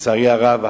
לצערי הרב,